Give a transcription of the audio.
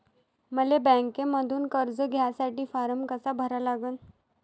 मले बँकेमंधून कर्ज घ्यासाठी फारम कसा भरा लागन?